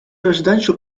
residential